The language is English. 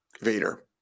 vader